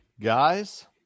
Guys